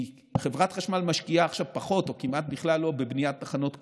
חברת חשמל משקיעה עכשיו פחות או כמעט בכלל לא בבניית תחנות כוח.